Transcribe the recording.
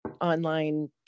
online